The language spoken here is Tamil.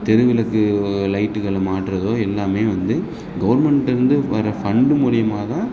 தெருவிளக்கு லைட்டுகளை மாட்டுறதோ எல்லாமே வந்து கவர்மெண்ட்டேருந்து வர ஃபண்டு மூலயமா தான்